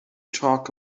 talk